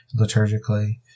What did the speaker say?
liturgically